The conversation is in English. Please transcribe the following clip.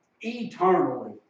eternally